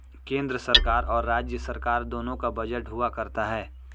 केन्द्र सरकार और राज्य सरकार दोनों का बजट हुआ करता है